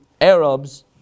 Arabs